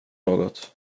något